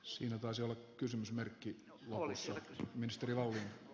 siinä taisi olla kysymysmerkki lopussa